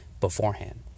beforehand